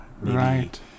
Right